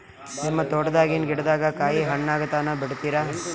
ನಿಮ್ಮ ತೋಟದಾಗಿನ್ ಗಿಡದಾಗ ಕಾಯಿ ಹಣ್ಣಾಗ ತನಾ ಬಿಡತೀರ?